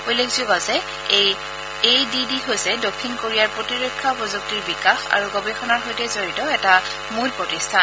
উল্লেখযোগ্য যে এই এ ডি ডি হৈছে দক্ষিণ কোৰিয়াৰ প্ৰতিৰক্ষা প্ৰযুক্তিৰ বিকাশ আৰু গৱেষণাৰ সৈতে জড়িত এটি মূল প্ৰতিষ্ঠান